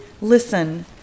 listen